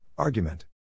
Argument